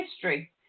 history